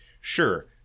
sure